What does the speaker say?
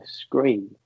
screen